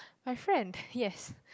my friend yes